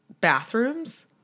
bathrooms